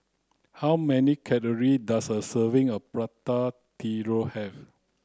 how many calories does a serving of Prata Telur have